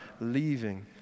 leaving